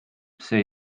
see